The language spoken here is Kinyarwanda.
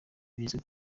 bizwi